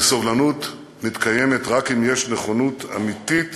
וסובלנות מתקיימת רק אם יש נכונות אמיתית